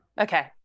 Okay